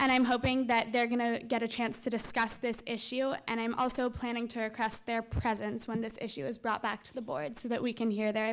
and i'm hoping that they're going to get a chance to discuss this issue and i'm also planning to across their presence when this issue is brought back to the board so that we can hear their